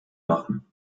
machen